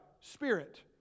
spirit